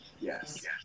Yes